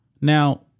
Now